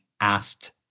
asked